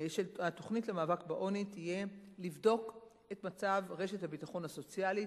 של התוכנית למאבק בעוני תהיה לבדוק את מצב רשת הביטחון הסוציאלי,